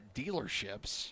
dealerships